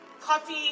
coffee